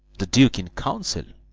the duke in council!